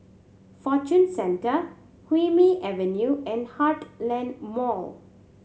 Fortune Centre Hume Avenue and Heartland Mall